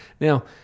Now